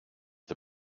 the